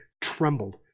trembled